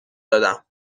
دادم